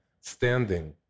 standing